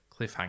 Cliffhanger